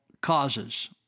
causes